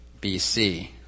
BC